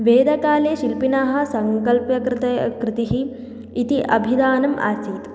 वेदकाले शिल्पिनः सङ्कल्पकृतिः कृतिः इति अभिधानम् आसीत्